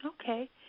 Okay